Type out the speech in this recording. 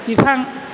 बिफां